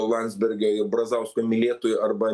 landsbergio ir brazausko mylėtojų arba